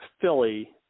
Philly